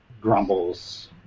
grumbles